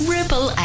Ripple